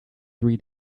three